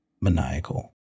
maniacal